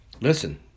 Listen